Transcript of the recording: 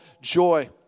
joy